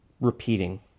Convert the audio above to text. repeating